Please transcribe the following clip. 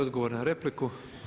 Odgovor na repliku.